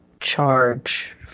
charge